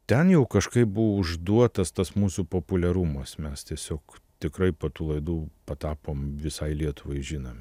ten jau kažkaip buvo užduotas tas mūsų populiarumas mes tiesiog tikrai po tų laidų patapom visai lietuvai žinomi